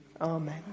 Amen